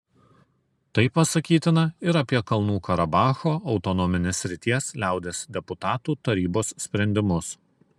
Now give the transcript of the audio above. tai pasakytina ir apie kalnų karabacho autonominės srities liaudies deputatų tarybos sprendimus